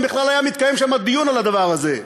אם בכלל היה מתקיים שם דיון על הדבר הזה.